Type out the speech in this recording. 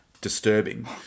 disturbing